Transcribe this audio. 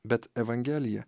bet evangelija